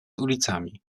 ulicami